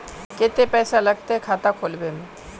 केते पैसा लगते खाता खुलबे में?